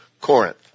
Corinth